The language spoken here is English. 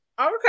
Okay